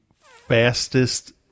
fastest